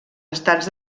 estats